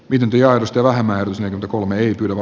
miten työllistää vähemmän ja komein kylmä